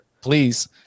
Please